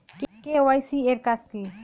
KYC এর কাজ কি?